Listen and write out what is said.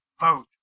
Vote